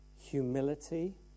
humility